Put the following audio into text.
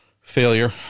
failure